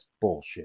bullshit